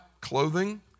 clothing